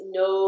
no